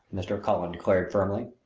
mr. cullen declared firmly.